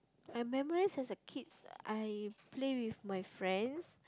I memorise as a kid I play with my friends